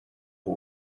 who